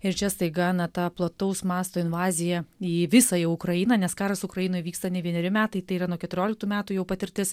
ir čia staiga na ta plataus masto invazija į visą jau ukrainą nes karas ukrainoje vyksta ne vieneri metai tai yra nuo keturioliktų metų jau patirtis